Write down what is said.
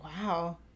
wow